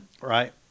right